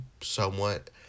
somewhat